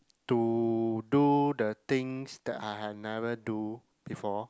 to do the things that I have never do before